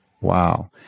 Wow